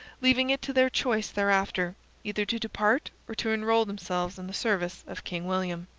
leaving it to their choice thereafter either to depart or to enrol themselves in the service of king william.